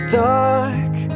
dark